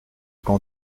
qu’en